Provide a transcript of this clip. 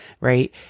right